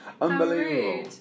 Unbelievable